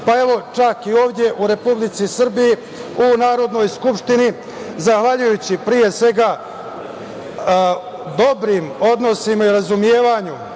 evo, čak i ovde u Republici Srbiji, u Narodnoj skupštini, zahvaljujući pre svega dobrim odnosima i razumevanju